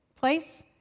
place